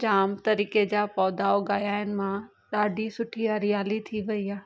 जाम तरीक़े जा पौधा उगायां आहिनि मां ॾाढी सुठी हरियाली थी वई आहे